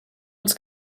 els